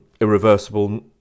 irreversible